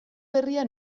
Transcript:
berria